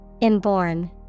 Inborn